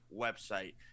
website